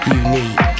unique